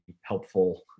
helpful